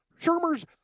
Shermer's